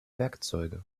werkzeuge